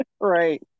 Right